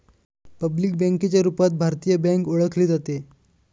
public बँकेच्या रूपात भारतीय बँक ओळखली जाते